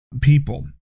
people